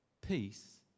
peace